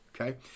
Okay